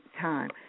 time